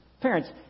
Parents